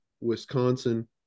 Wisconsin